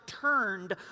turned